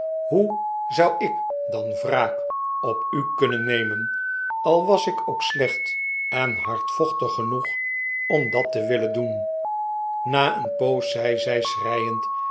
hoe zou ik dan wraak op u kunnen nemen al was ik ook slecht en hardvochtig genoeg om dat te willen doen na een poos zei